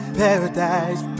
paradise